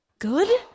good